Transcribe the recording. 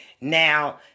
Now